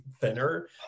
thinner